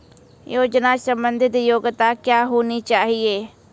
योजना संबंधित योग्यता क्या होनी चाहिए?